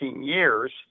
years